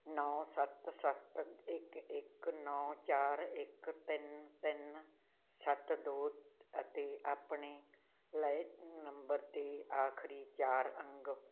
ਨੌਂ ਸੱਤ ਸੱਤ ਇੱਕ ਇੱਕ ਨੌਂ ਚਾਰ ਇੱਕ ਤਿੰਨ ਤਿੰਨ ਸੱਤ ਦੋ ਅਤੇ ਆਪਣੇ ਲੈਡ ਨੰਬਰ ਦੇ ਆਖਰੀ ਚਾਰ ਅੰਗ